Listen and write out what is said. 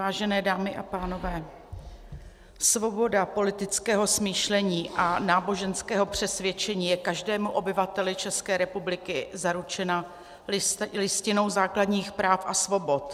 Vážené dámy a pánové, svoboda politického smýšlení a náboženského přesvědčení je každému obyvateli České republiky zaručena Listinou základních práv a svobod.